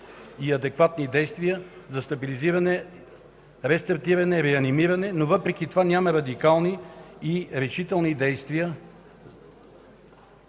и адекватни действия за стабилизиране, рестартиране, реанимиране, но въпреки това няма радикални и решителни действия